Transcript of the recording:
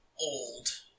old